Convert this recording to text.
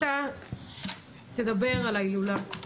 אתה תדבר על ההילולה,